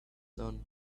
done